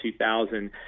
2000